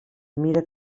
mira